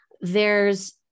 theres